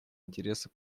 интересы